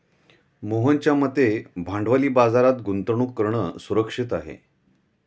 मोहनच्या मते भांडवली बाजारात गुंतवणूक करणं सुरक्षित आहे